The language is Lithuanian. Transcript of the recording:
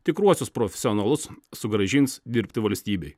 tikruosius profesionalus sugrąžins dirbti valstybei